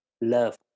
love